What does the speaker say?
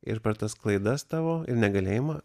ir per tas klaidas tavo ir negalėjimą